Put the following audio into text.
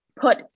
put